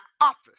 office